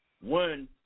one